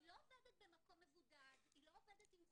היא לא עובדת במקום מבודד, היא לא עובדת עם חומות,